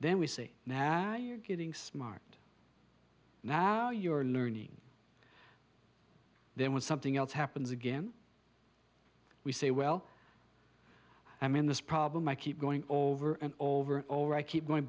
then we see now you're getting smart now you're learning there was something else happens again we say well i mean this problem i keep going over and over or i keep going